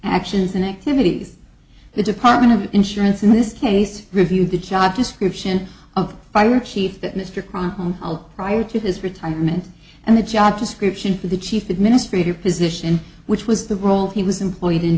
actions and activities the department of insurance in this case reviewed the job description of the fire chief that mr kronk prior to his retirement and the job description for the chief administrative position which was the role he was employed